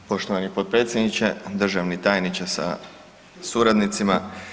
Poštovani potpredsjedniče, državni tajniče sa suradnicima.